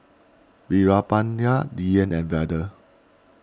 Veerapandiya Dhyan and Vedre